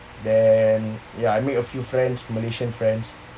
then ya I made a few friends malaysian friends